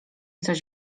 coś